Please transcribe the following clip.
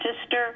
sister